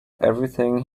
everything